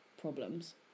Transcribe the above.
problems